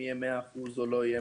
אם יהיו 100 אחוזים או לא,